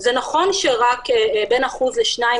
זה נכון שרק בין אחוז ל-2,